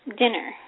dinner